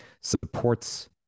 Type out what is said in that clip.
supports